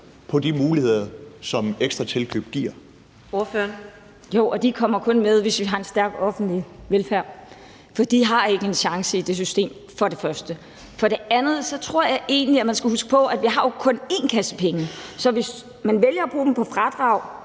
Ordføreren. Kl. 13:54 Pia Olsen Dyhr (SF): Jo, og de kommer kun med, hvis vi har en stærk offentlig velfærd. For de har ikke en chance i det system, for det første. For det andet tror jeg egentlig, at man skal huske på, at vi jo kun har én kasse penge, så hvis man vælger at bruge dem på fradrag